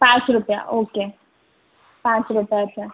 પાંચ રૂપિયા ઓકે પાંચ રૂપિયા છે